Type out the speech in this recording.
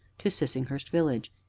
to sissinghurst village.